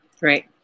Right